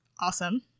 awesome